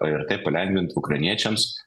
ir taip palengvintų ukrainiečiams